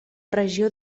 regió